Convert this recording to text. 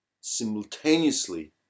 Simultaneously